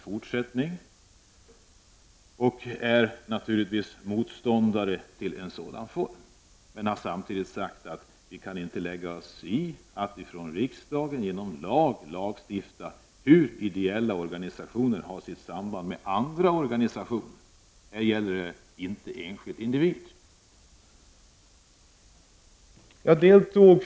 Därför är vi motståndare till en sådan form av anslutning. Samtidigt har vi sagt att vi inte kan lägga oss i att riksdagen lagstiftar om ideella organisationers samband med andra organisationer. Här gäller det inte enskilda individer.